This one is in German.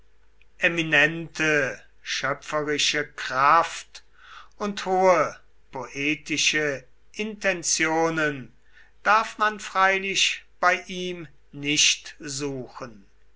eminente schöpferische kraft und hohe poetische intentionen darf man freilich bei ihm nicht suchen